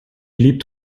lebt